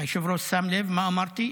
היושב-ראש שם לב למה שאמרתי?